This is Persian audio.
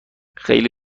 خیلی